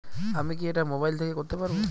আমি কি এটা মোবাইল থেকে করতে পারবো?